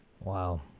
Wow